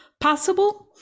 possible